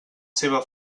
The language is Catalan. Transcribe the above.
seva